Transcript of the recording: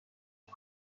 است